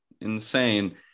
insane